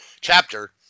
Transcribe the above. chapter